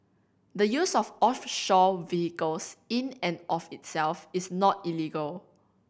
the use of offshore vehicles in and of itself is not illegal